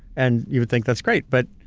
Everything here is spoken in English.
and you would think that's great. but,